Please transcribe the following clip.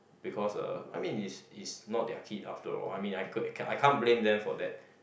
because uh I mean is is not their kid after all I mean I could I can't blame them for that